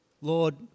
Lord